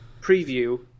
preview